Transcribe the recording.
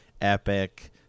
epic